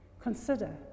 Consider